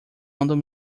andam